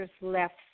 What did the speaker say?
left